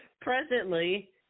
Presently